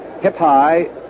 hip-high